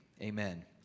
Amen